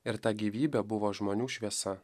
ir ta gyvybė buvo žmonių šviesa